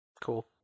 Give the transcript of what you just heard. Cool